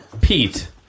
Pete